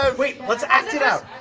ah wait! let's act it out.